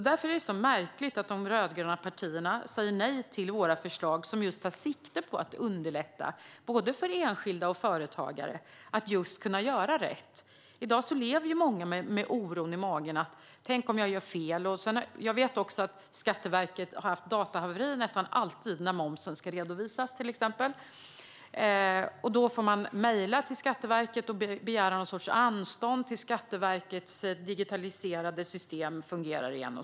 Därför är det märkligt att de rödgröna partierna säger nej till våra förslag som just tar sikte på att underlätta både för enskilda och för företagare i fråga om att kunna göra rätt. I dag lever många med oro i magen: Tänk om jag gör fel! Jag vet också att Skatteverket nästan alltid har haft datorhaveri när momsen ska redovisas, till exempel. Då får man mejla Skatteverket och begära någon sorts anstånd tills Skatteverkets digitaliserade system fungerar igen.